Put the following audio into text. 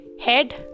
head